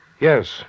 Yes